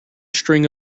string